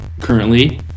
currently